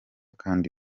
kandi